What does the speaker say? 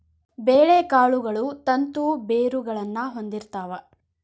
ಬೇಳೆಕಾಳುಗಳು ತಂತು ಬೇರುಗಳನ್ನಾ ಹೊಂದಿರ್ತಾವ